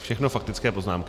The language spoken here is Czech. Všechno faktické poznámky.